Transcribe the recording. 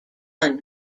gun